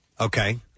Okay